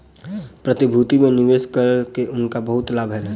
प्रतिभूति में निवेश कय के हुनका बहुत लाभ भेलैन